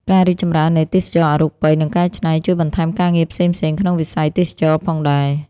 ការរីកចម្រើននៃទេសចរណ៍អរូបី និងកែច្នៃ ជួយបន្ថែមការងារផ្សេងៗក្នុងវិស័យទេសចរណ៍ផងដែរ។